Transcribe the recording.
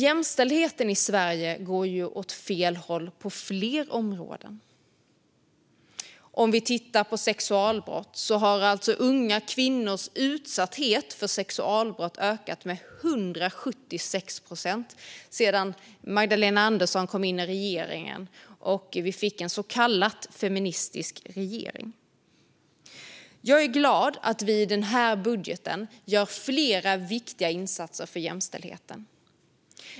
Jämställdheten i Sverige går dock åt fel håll på fler områden. Om vi tittar på sexualbrott kan vi se att unga kvinnors utsatthet för sådana har ökat med 176 procent sedan Magdalena Andersson kom in i regeringen och vi fick en så kallad feministisk regering. Jag är glad att vi i den här budgeten gör flera viktiga insatser för jämställdheten.